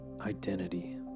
identity